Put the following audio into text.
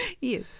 Yes